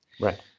Right